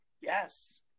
Yes